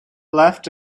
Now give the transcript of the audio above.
left